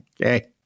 Okay